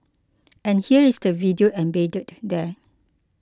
and here is the video embedded there